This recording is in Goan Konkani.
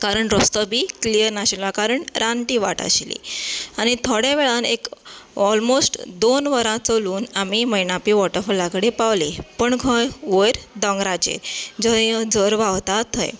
कारण रस्तो बी क्लियर नाशिल्लो कारण रानटी वाट आशिल्ली आनी थोडें वेळान एक ऑलमोस्ट दोन वरां चलून आमी मैनापी वॉटरफॉलां कडेन पावली पण खंय वयर दोंगराचेर जंय झर व्हांवता थंय